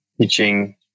teaching